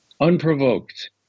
unprovoked